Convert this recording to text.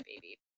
baby